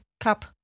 Cup